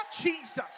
Jesus